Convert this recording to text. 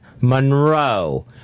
Monroe